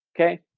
okay